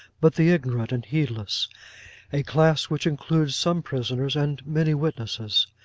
but the ignorant and heedless a class which includes some prisoners and many witnesses.